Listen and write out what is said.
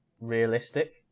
realistic